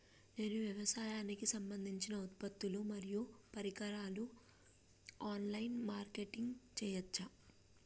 నేను వ్యవసాయానికి సంబంధించిన ఉత్పత్తులు మరియు పరికరాలు ఆన్ లైన్ మార్కెటింగ్ చేయచ్చా?